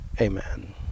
Amen